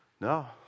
No